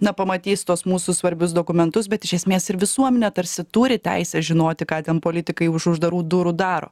na pamatys tuos mūsų svarbius dokumentus bet iš esmės ir visuomenė tarsi turi teisę žinoti ką ten politikai už uždarų durų daro